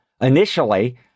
initially